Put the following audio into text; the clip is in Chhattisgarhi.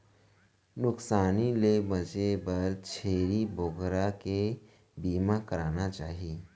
नुकसानी ले बांचे बर छेरी बोकरा के बीमा कराना चाही